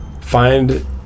find